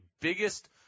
biggest